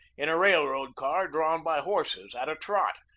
in a railroad car drawn by horses at a trot,